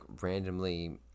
randomly